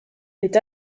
est